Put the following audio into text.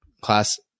class